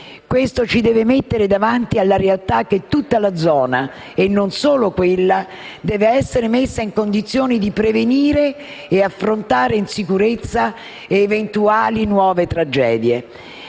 Questo ci deve mettere davanti alla realtà che tutta la zona - e non solo quella - deve essere messa nella condizione di prevenire e affrontare in sicurezza eventuali nuove tragedie.